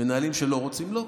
מנהלים שלא רוצים, לא.